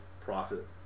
profit